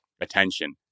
attention